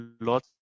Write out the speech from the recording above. lots